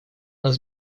нас